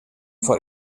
foar